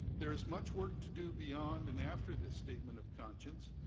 there is much work to do beyond and after this statement of conscience.